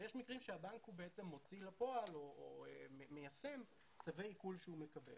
ויש מקרים שהבנק הוא בעצם מוציא לפועל או מיישם צווי עיקול שהוא מקבל.